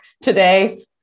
today